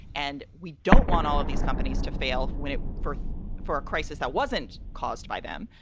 and we don't want all of these companies to fail when it for for a crisis that wasn't caused by them.